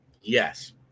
Yes